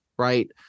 right